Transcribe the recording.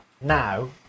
now